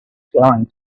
going